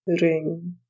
ring